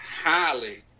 highly